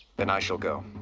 then i shall go.